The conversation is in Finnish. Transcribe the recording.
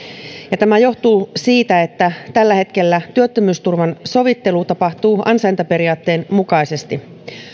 ja tämä johtuu siitä että tällä hetkellä työttömyysturvan sovittelu tapahtuu ansaintaperiaatteen mukaisesti